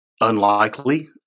unlikely